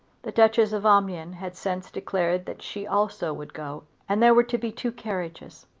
the duchess of omnium had since declared that she also would go, and there were to be two carriages.